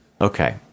Okay